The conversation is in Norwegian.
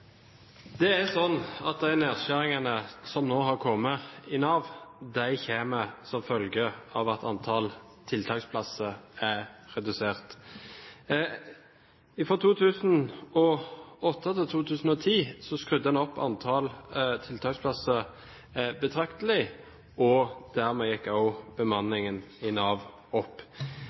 bekreftet at sånn skal det ikke være. Jeg er sikker på at hvis slike situasjoner blir ryddet av vegen, vil også tilfredsheten bli mye større. De nedskjæringene som nå har kommet i Nav, kommer som følge av at antall tiltaksplasser er redusert. Fra 2008 til 2010 skrudde man opp antall tiltaksplasser